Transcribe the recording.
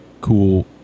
cool